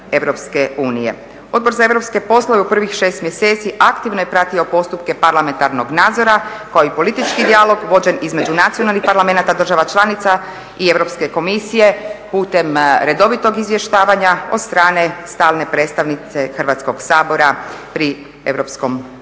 Odbor za europske poslove u prvih šest mjeseci aktivno je pratio postupke parlamentarnog nadzora kao i politički dijalog vođen između nacionalnih parlamenata država članica i Europske komisije putem redovitog izvještavanja od strane stalne predstavnice Hrvatskog sabora pri europskom